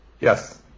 Yes